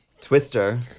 Twister